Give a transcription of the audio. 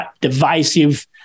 divisive